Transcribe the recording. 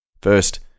First